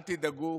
אל תדאגו,